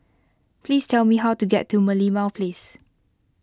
please tell me how to get to Merlimau Place